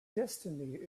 destiny